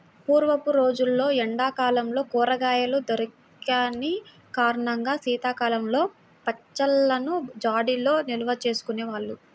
పూర్వపు రోజుల్లో ఎండా కాలంలో కూరగాయలు దొరికని కారణంగా శీతాకాలంలో పచ్చళ్ళను జాడీల్లో నిల్వచేసుకునే వాళ్ళు